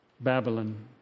Babylon